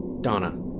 Donna